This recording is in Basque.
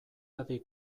hadi